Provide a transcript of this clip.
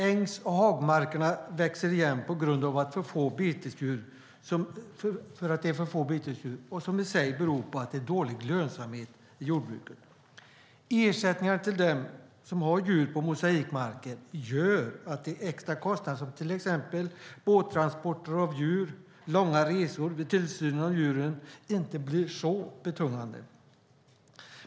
Ängs och hagmarkerna växer igen på grund av för få betesdjur, vilket i sin tur beror på att det är dålig lönsamhet i jordbruket. Ersättningar till dem som har djur på mosaikbetesmarker gör att extra kostnader som till exempel båttransporter av djur och långa resor vid tillsyn av djur inte blir så betungande.